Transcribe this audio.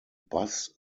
bus